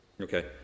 Okay